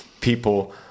people